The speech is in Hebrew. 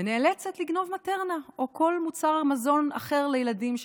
ונאלצת לגנוב מטרנה או כל מוצר מזון אחר לילדים שלה,